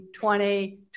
20